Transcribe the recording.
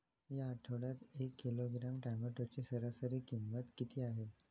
या आठवड्यात एक किलोग्रॅम टोमॅटोची सरासरी किंमत किती आहे?